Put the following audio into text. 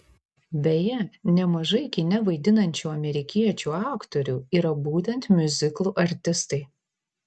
beje nemažai kine vaidinančių amerikiečių aktorių yra būtent miuziklų artistai